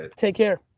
take care.